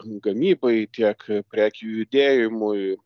gamybai tiek prekių judėjimui